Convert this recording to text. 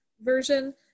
version